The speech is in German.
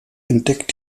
entdeckt